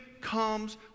comes